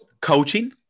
coaching